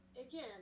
again